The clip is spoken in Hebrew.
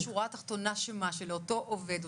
בשורה התחתונה אותו עובד,